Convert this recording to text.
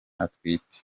atwite